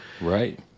Right